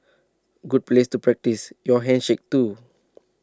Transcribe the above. good place to practise your handshake too